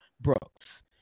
brooks